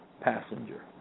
passenger